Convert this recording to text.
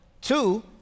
two